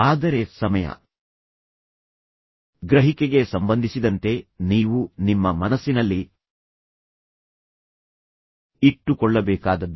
ಆದರೆ ಸಮಯ ಗ್ರಹಿಕೆಗೆ ಸಂಬಂಧಿಸಿದಂತೆ ನೀವು ನಿಮ್ಮ ಮನಸ್ಸಿನಲ್ಲಿ ಇಟ್ಟುಕೊಳ್ಳಬೇಕಾದದ್ದು